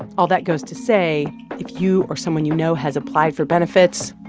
all that goes to say if you or someone you know has applied for benefits,